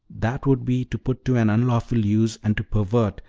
that would be to put to an unlawful use, and to pervert,